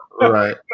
right